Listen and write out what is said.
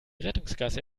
rettungsgasse